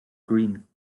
green